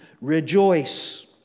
rejoice